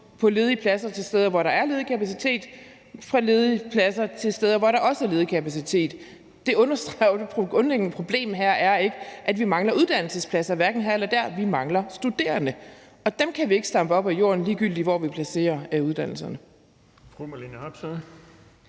på ledige pladser fra steder, hvor der er ledig kapacitet, ledige pladser, til steder, hvor der også er ledig kapacitet. Det understreger jo, at det grundlæggende problem her ikke er, at vi mangler uddannelsespladser, hverken her eller der; vi mangler studerende. Dem kan vi ikke stampe op af jorden, ligegyldigt hvor vi placerer uddannelserne.